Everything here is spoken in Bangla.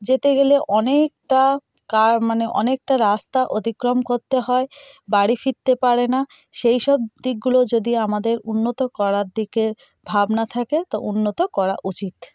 যেতে গেলে অনেকটা মানে অনেকটা রাস্তা অতিক্রম করতে হয় বাড়ি ফিরতে পারে না সেইসব দিকগুলো যদি আমাদের উন্নত করার দিকে ভাবনা থাকে তো উন্নত করা উচিত